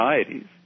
societies